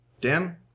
Dan